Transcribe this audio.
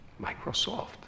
microsoft